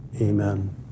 Amen